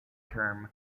term